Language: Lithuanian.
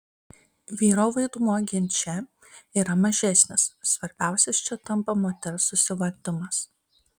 vyro vaidmuo ginče yra mažesnis svarbiausias čia tampa moters susivaldymas